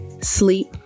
sleep